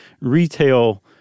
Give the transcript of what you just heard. retail